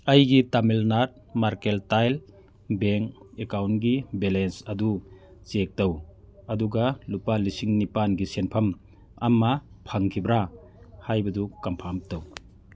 ꯑꯩꯒꯤ Tamil Nadu mercantile bank ꯑꯦꯛꯀꯥꯎꯟꯀꯤ balance ꯑꯗꯨ ꯆꯦꯛ ꯇꯧ ꯑꯗꯨꯒ ꯂꯨꯄꯥ ꯂꯤꯁꯤꯡ ꯅꯤꯄꯥꯟꯒꯤ ꯁꯦꯟꯐꯝ ꯑꯃ ꯐꯪꯈꯤꯕ꯭ꯔꯥ ꯍꯥꯏꯕꯗꯨ ꯀꯟꯐꯥꯝ ꯇꯧ